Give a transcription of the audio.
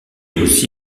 aussi